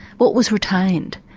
what was retained?